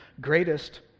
greatest